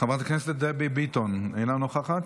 חברת הכנסת דבי ביטון, אינה נוכחת,